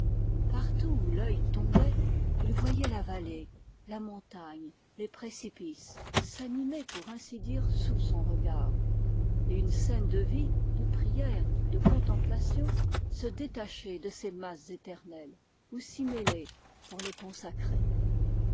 partout où l'œil tombait il voyait la vallée la montagne les précipices s'animer pour ainsi dire sous sou regard et une scène de vie de prière de contemplation se détacher de ces masses éternelles ou s'y mêler pour les consacrer